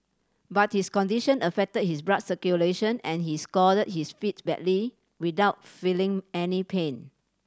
but his condition affected his blood circulation and he scalded his feet badly without feeling any pain